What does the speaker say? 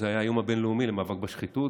היה היום הבין-לאומי למאבק בשחיתות,